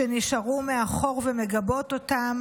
שנשארו מאחור ומגבות אותם.